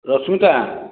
Rashmita